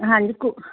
ਹਾਂਜੀ ਕੁ